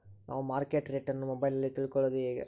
ನಾವು market rate ಅನ್ನು ಮೊಬೈಲಲ್ಲಿ ತಿಳ್ಕಳೋದು ಹೇಗೆ?